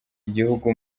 igihugu